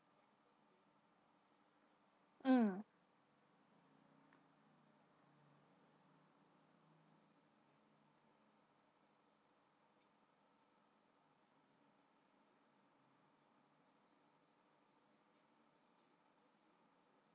mm